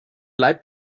leib